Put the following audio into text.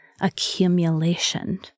accumulation